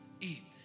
eat